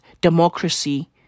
democracy